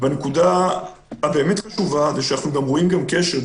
ונקודה הבאמת חשובה זה שאנחנו רואים גם קשר,